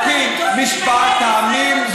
על פי משפט העמים.